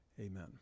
Amen